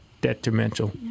detrimental